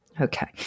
Okay